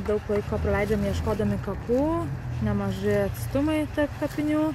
daug laiko praleidžiam ieškodami kapų nemaži atstumai tarp kapinių